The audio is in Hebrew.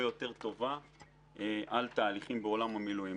יותר טובה על תהליכים בעולם המילואים.